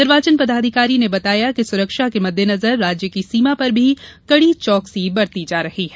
निर्वाचन पदाधिकारी ने बताया कि सुरक्षा के मद्देनजर राज्य की सीमा पर भी कड़ी चौकसी बरती जा रही है